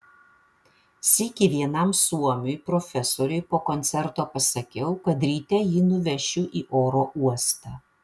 sykį vienam suomiui profesoriui po koncerto pasakiau kad ryte jį nuvešiu į oro uostą